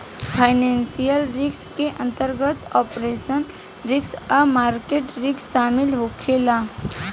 financial risk के अंतर्गत operational risk आ मार्केट रिस्क शामिल होखे ला